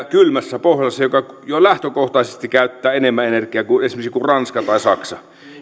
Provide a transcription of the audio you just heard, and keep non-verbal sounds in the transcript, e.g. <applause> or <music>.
<unintelligible> kylmässä pohjolassa joka jo lähtökohtaisesti käyttää enemmän energiaa kuin esimerkiksi joku ranska tai saksa